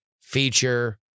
feature